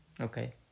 Okay